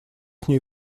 ней